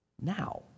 Now